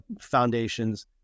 foundations